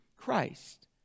Christ